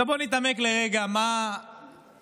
עכשיו, בואו נתעמק לרגע מה בדיוק